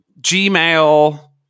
Gmail